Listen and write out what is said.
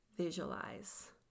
Visualize